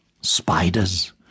spiders